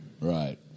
right